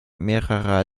mehrerer